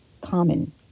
common